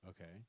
okay